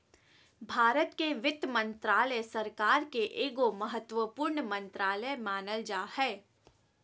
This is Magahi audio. भारत के वित्त मन्त्रालय, सरकार के एगो महत्वपूर्ण मन्त्रालय मानल जा हय